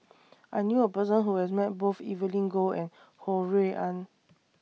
I knew A Person Who has Met Both Evelyn Goh and Ho Rui An